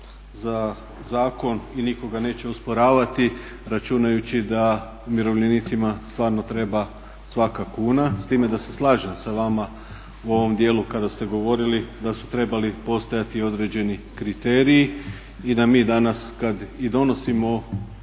za zakon i nitko ga neće osporavati računajući da umirovljenicima stvarno treba svaka kuna. S time da se slažem s vama u ovom dijelu kada ste govorili da su trebali postojati određeni kriteriji i da mi danas kad donosimo,